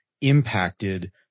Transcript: impacted